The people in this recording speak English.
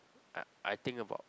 I think about